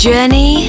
Journey